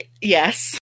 Yes